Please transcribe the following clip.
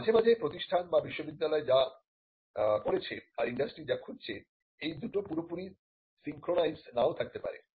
মাঝে মাঝে প্রতিষ্ঠান বা বিশ্ববিদ্যালয় যা করেছে আর ইন্ডাস্ট্রি যা খুঁজছে এইদুটো পুরোপুরি সিঙ্ক্রোনাইজ নাও থাকতে পারে